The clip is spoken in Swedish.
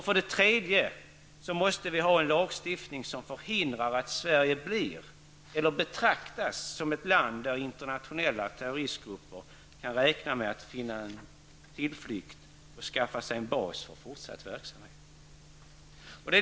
För det tredje måste vi ha en lagstiftning som förhindrar att Sverige blir eller betraktas som ett land där internationella terroristgrupper kan räkna med att finna en tillflykt och skaffa sig en bas för fortsatt verksamhet.